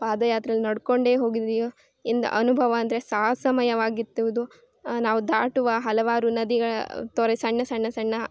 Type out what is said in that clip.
ಪಾದಯಾತ್ರೆಲಿ ನಡ್ಕೊಂಡೇ ಹೋಗಿದ್ದೀವಿ ಇಂದ ಅನುಭವ ಅಂದರೆ ಸಾಹಸಮಯವಾಗಿತ್ತು ಅದು ನಾವು ದಾಟುವ ಹಲವಾರು ನದಿಗೆ ತೊರೆ ಸಣ್ಣ ಸಣ್ಣ ಸಣ್ಣ